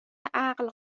عقل